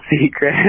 secret